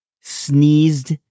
Sneezed